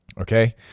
Okay